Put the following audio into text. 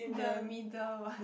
the middle one